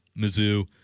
Mizzou